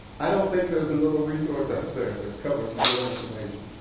i don't think there is another resource out there that covers more information.